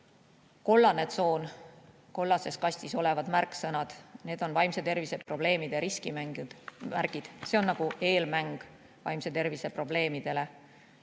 Kollane tsoon, kollases kastis olevad märksõnad, on vaimse tervise probleemide riski märgid. See on nagu eelmäng vaimse tervise probleemidele,